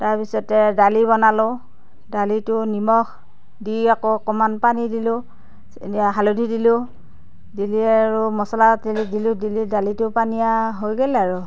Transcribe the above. তাৰপিছতে দালি বনালোঁ দালিটো নিমখ দি আকৌ অকণমান পানী দিলোঁ হালধি দিলোঁ দি আৰু মছলা দিলোঁ দিলোঁ দালিত সেইটো পনীয়া হৈ গ'ল আৰু